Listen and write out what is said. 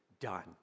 done